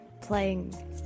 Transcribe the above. playing